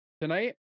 tonight